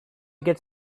get